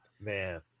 Man